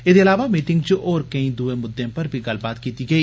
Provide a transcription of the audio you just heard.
एदे अलावा मीटिंग च होर केई दुए मुद्दे पर बी गल्लबात कीती गेई